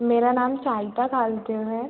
मेरा नाम साहिदा खातूम है